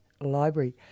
Library